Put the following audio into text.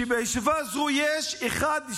שבישיבה הזו יש אחד,